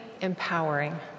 empowering